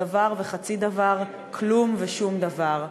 דבר וחצי דבר, כלום ושום דבר.